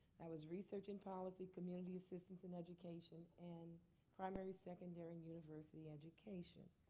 that was research and policy, community assistance in education, and primary, secondary, and university education.